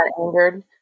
angered